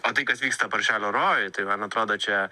o tai kas vyksta paršelio rojuj tai man atrodo čia